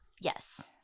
Yes